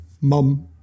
mum